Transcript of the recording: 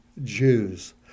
Jews